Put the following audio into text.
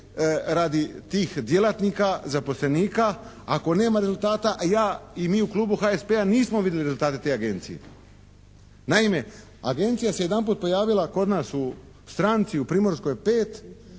radi tih djelatnika zaposlenika, ako nema rezultata ja i mi u Klubu HSP-a nismo vidjeli rezultate te agencije. Naime, agencija se jedanput pojavila kod nas u stranci u Primorskoj 5